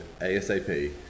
ASAP